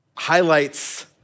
highlights